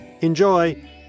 Enjoy